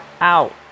out